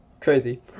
crazy